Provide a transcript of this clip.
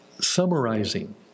summarizing